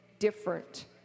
Different